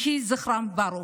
יהי זכרם ברוך.